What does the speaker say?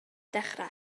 ddechrau